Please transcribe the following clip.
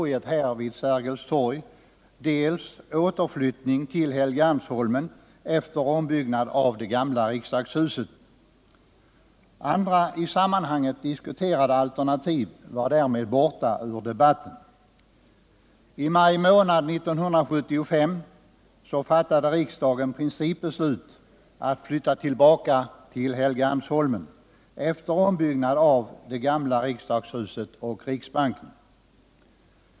I maj månad 1975 fattade riksdagen principbeslut att flytta tillbaka till Helgeandsholmen efter ombyggnad av det gamla riksdagshuset och riksbanken.